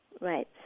Right